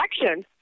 election